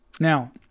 Now